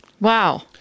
Wow